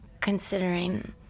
considering